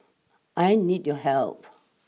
I need your help